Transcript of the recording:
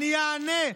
אני אענה.